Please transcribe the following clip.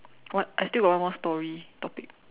what I still got one more story topic